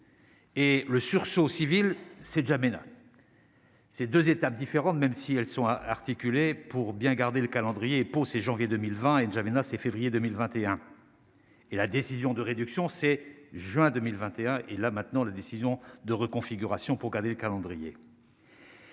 Et le sursaut civils ces Djamena. Ces 2 étapes différentes, même si elles sont à articuler pour bien garder le calendrier c'est janvier 2020 et N'Djamena 6 février 2021 et la décision de réduction c'est juin 2021 et là maintenant, la décision de reconfiguration pour garder le calendrier.